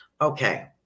Okay